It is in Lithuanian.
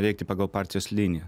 veikti pagal partijos liniją